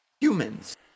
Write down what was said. humans